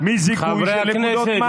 מזיכוי של נקודות מס.